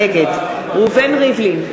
נגד ראובן ריבלין,